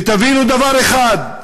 ותבינו דבר אחד,